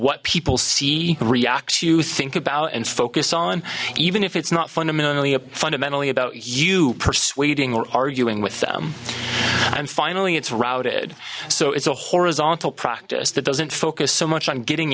what people see reacts you think about and focus on even if it's not fundamentally a fundamentally about you persuading or arguing with them and finally it's routed so it's a horizontal practice that doesn't focus so much on getting